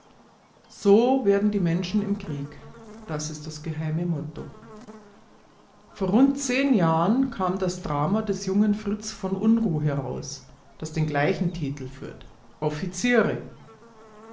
so werden die menschen im krieg das ist das geheime motto vor rund zehn jahren kam das drama des jungen fritz v unruh heraus das den gleichen titel führt